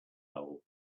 hole